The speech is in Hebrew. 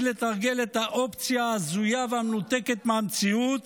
לתרגל את האופציה ההזויה והמנותקת מהמציאות